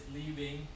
leaving